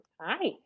Hi